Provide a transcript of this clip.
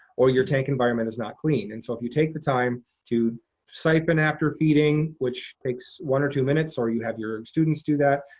or your tank environment is not clean. and so if you take the time to siphon after feeding, which takes one or two minutes, or you have your students do that,